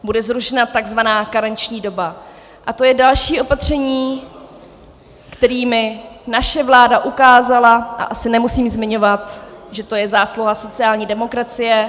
Bude zrušena tzv. karenční doba, a to je další opatření, kterými naše vláda ukázala a asi nemusím zmiňovat, že to je zásluha sociální demokracie...